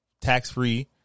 tax-free